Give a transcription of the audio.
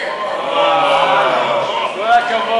כל הכבוד.